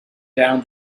down